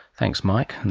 thanks mike, and